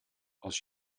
als